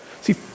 See